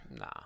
Nah